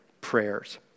prayers